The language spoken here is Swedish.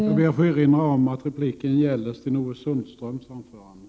Jag ber att få erinra om att repliken gäller Sten-Ove Sundströms anförande.